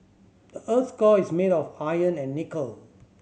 the earth's core is made of iron and nickel